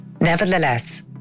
Nevertheless